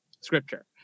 scripture